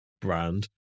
brand